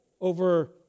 over